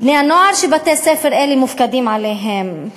שבתי-ספר אלה מופקדים עליהם.